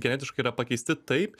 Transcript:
genetiškai yra pakeisti taip